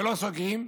ולא סוגרים,